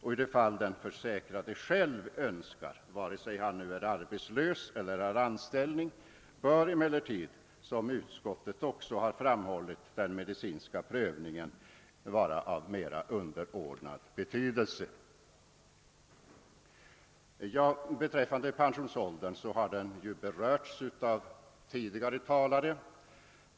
I de fall då den försäkrade själv önskar pension — vare sig han är arbetslös eller har anställning — bör, som utskottet framhållit, den medicinska prövningen vara av mera underordnad betydelse. Frågan om pensionsåldern har berörts av föregående talare.